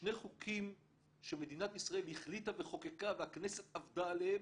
שני חוקים שמדינת ישראל החליטה וחוקקה והכנסת עבדה עליהם,